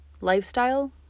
lifestyle